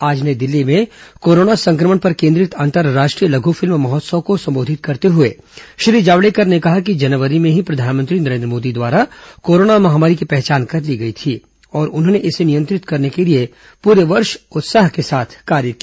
आज नई दिल्ली में कोरोना सं क्र मण पर केंद्रित अंतर्राष्ट्रीय लघ फिल्म महोत्सव को संबोधित करते हए श्री जावड़ेकर ने कहा कि जनवरी में ही प्रधानमंत्री नरेन्द्र मोदी द्वारा कोरोना महामारी की पहचान कर ली गई थी और उन्होंने इसे नियंत्रित करने के लिए पूरे वर्ष उत्साह के साथ कार्य किया